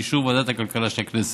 באישור ועדת הכלכלה של הכנסת.